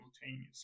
simultaneously